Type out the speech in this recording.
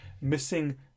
missing